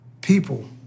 people